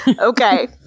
okay